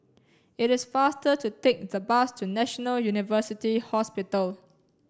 it is faster to take the bus to National University Hospital